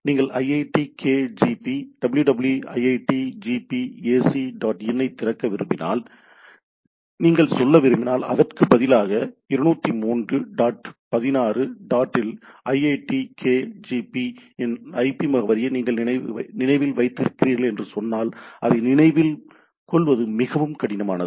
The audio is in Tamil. நீங்கள் iitkgp "www iitkgp ac dot in" ஐ திறக்க விரும்பினால் நீங்கள் சொல்ல விரும்பினால் அதற்கு பதிலாக 203 dot 16 dot இல் iitkgp இன் ஐபி முகவரியை நீங்கள் நினைவில் வைத்திருக்கிறீர்கள் என்று சொன்னால் அதை நினைவில் கொள்வது மிகவும் கடினமானது